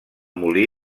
molí